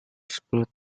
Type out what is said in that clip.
sepuluh